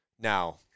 Now